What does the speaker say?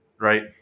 right